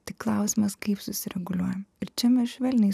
tik klausimas kaip susireguliuojam ir čia mes švelniai